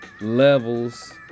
levels